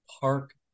park